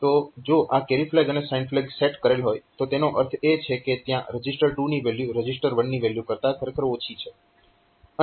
તો જો આ કેરી ફ્લેગ અને સાઇન ફ્લેગ સેટ કરેલ હોય તો તેનો અર્થ એ થશે કે ત્યાં રજીસ્ટર 2 ની વેલ્યુ રજીસ્ટર 1 ની વેલ્યુ કરતા ખરેખર ઓછી છે